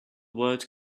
word